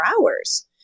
hours